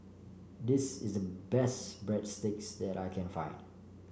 this is the best Breadsticks that I can find